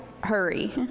hurry